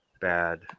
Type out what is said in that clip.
bad